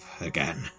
again